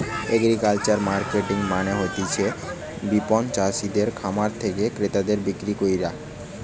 agricultural marketing মানে হতিছে বিপণন চাষিদের খামার থেকে ক্রেতাদের বিক্রি কইরা